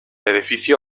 edificio